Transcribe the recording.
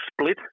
split